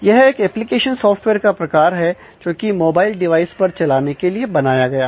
यह एक application software का प्रकार है जो कि मोबाइल डिवाइस पर चलाने के लिए बनाया गया है